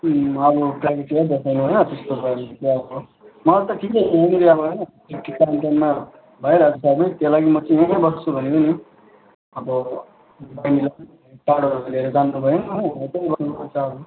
अँ अब प्राइभेटतिरै देखाउनु होइन त्यस्तो त अब मलाई त ठिकै हो यहाँनिर अब होइन ठिक ठिक टाइम टाइममा भइरहेको छ सबै त्यो लागि म चाहिँ यही बस्छु भनेको नि अब बहिनीलाई पनि टाढो लिएर जानु भएन हो यतै गर्नुपर्छ अब